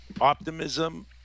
Optimism